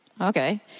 Okay